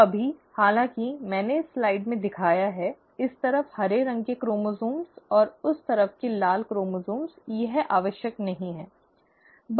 तो अभी हालांकि मैंने इस स्लाइड में दिखाया है इस तरफ हरे रंग के क्रोमोसोम्स और उस तरफ के लाल क्रोमोसोम्स यह आवश्यक नहीं है